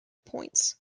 points